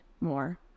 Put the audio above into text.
more